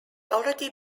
already